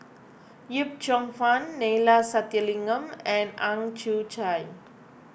Yip Cheong Fun Neila Sathyalingam and Ang Chwee Chai